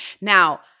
Now